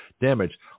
damage